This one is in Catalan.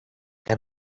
que